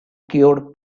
cured